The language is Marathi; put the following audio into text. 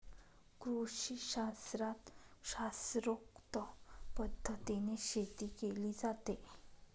कृषीशास्त्रात शास्त्रोक्त पद्धतीने शेती केली जाते